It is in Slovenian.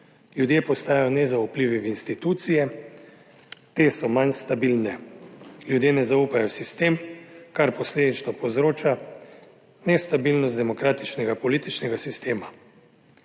Ljudje postajajo nezaupljivi v institucije, te so manj stabilne, ljudje ne zaupajo v sistem, kar posledično povzroča nestabilnost demokratičnega političnega sistema.